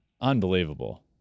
Unbelievable